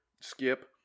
Skip